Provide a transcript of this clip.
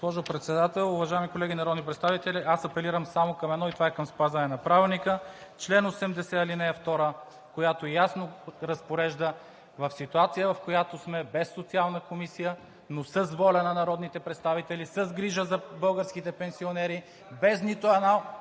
Госпожо Председател, уважаеми колеги народни представители! Аз апелирам само към едно и това е към спазване на Правилника. Член 80, ал. 2, която ясно разпорежда в ситуация, в която сме – без Социална комисия, но с воля на народните представители, с грижа за българските пенсионери, без нито едно